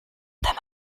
them